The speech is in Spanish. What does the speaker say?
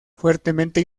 fuertemente